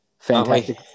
Fantastic